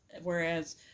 whereas